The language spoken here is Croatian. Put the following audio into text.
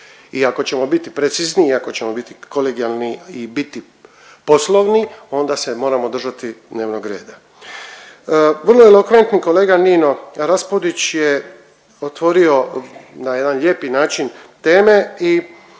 ako ćemo biti precizni i ako ćemo biti kolegijalni i biti poslovni, onda se moramo držati dnevnog reda. Vrlo je elokventno kolega Nino Raspudić je otvorio na jedan lijepi način teme i